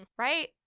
and right?